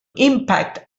impact